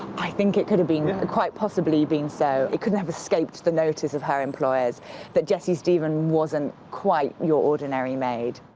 i think it could have been ah quite possibly been so. it couldn't have escaped the notice of her employers that jessie steven wasn't quite your ordinary maid.